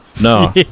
no